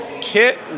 kit